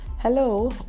Hello